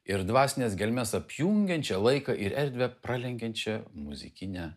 ir dvasines gelmes apjungiančia laiką ir erdvę pralenkiančia muzikine